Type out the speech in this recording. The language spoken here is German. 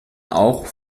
auch